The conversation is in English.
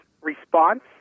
response